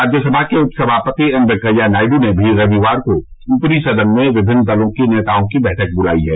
राज्यसभा के सभापति एम वेंकैया नायडू ने भी रविवार को ऊपरी सदन में विभिन्न दलों के नेताओं की बैठक बुलाई है